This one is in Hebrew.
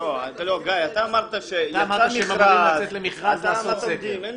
אמרת שהם אמורים לצאת למכרז לעשות סקר.